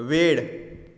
वेळ